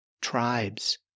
Tribes